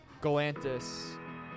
Galantis